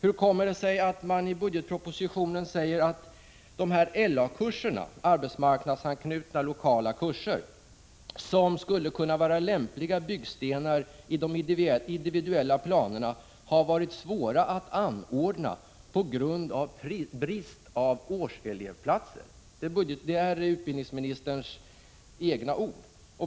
Hur kommer det sig att man i budgetpropositionen säger att LA-kurserna, arbetsmarknadsanknutna lokala kurser, som skulle kunna vara lämpliga byggstenar i de individuella planerna, har varit svåra att anordna på grund av brist på årselevplatser? Det är utbildningsministerns egna ord.